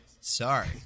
sorry